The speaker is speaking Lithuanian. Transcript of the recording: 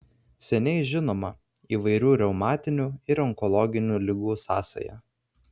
seniai žinoma įvairių reumatinių ir onkologinių ligų sąsaja